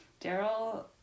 daryl